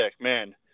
man